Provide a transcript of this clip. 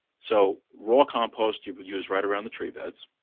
so raw compost, you would use right around the tree beds.